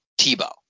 tebow